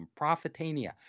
Profitania